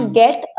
get